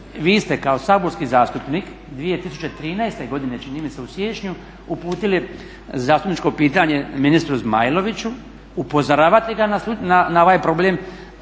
vi ste kao saborski zastupnik 2013. godine čini mi se u siječnju uputili zastupničko pitanje ministru Zmajloviću, upozoravate ga na ovaj problem,